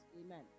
Amen